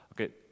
Okay